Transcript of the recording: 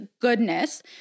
goodness